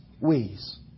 ways